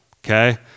Okay